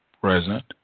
present